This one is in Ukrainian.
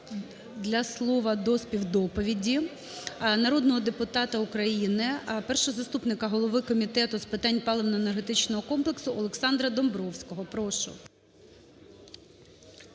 для слова до співдоповіді народного депутата України, першого заступника голови Комітету з питань паливно-енергетичного комплексу Олександра Домбровського. Прошу.